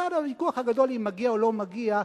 בצד הוויכוח הגדול אם מגיע או לא מגיע,